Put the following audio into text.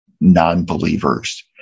non-believers